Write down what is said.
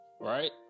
right